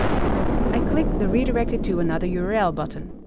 i click the redirect it to another yeah url button,